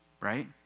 right